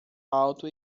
alto